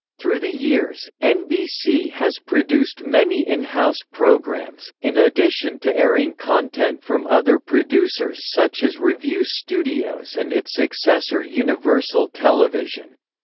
through the years, nbc has produced many in-house programs, in addition to airing content from other producers such as revue studios and its successor universal television.